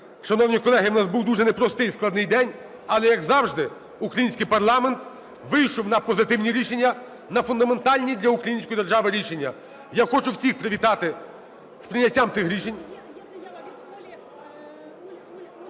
Шановні колеги! У нас був дуже непростий і складний день. Але, як завжди, український парламент вийшов на позитивні рішення, на фундаментальні для української держави рішення. Я хочу всіх привітати з прийняттям цих рішень.